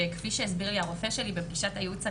שכפי שהסביר לי הרופא שלי בפגישת הייעוץ הראשונה,